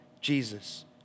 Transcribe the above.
Jesus